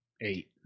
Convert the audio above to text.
eight